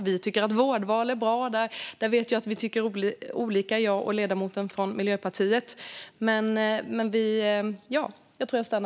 Vi tycker också att vårdval är bra, och där vet jag att ledamoten från Miljöpartiet och jag tycker olika.